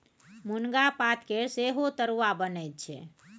मुनगा पातकेर सेहो तरुआ बनैत छै